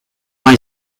mai